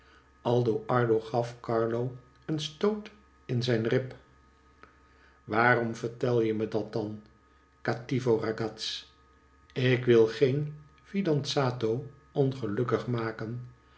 aldo ardo gaf carlo een stoot in zijn rib waarom vertel je me dat dan cattivo ragazz ik wil geen fidanzato ongelukkig maken